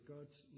God's